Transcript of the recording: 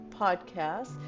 podcast